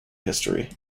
history